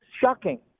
shocking